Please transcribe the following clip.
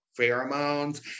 pheromones